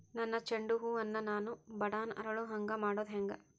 ನನ್ನ ಚಂಡ ಹೂ ಅನ್ನ ನಾನು ಬಡಾನ್ ಅರಳು ಹಾಂಗ ಮಾಡೋದು ಹ್ಯಾಂಗ್?